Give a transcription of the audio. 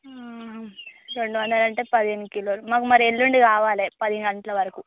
రెండు వందలు అంటే పదిహేను కిలోలు మాకు మరి ఎల్లుండి కావాలి పది గంటల వరకు